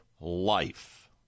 life